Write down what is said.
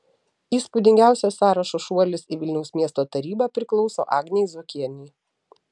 įspūdingiausias sąrašo šuolis į vilniaus miesto tarybą priklauso agnei zuokienei